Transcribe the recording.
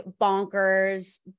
bonkers